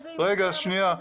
איזה עימות היה בצעדה?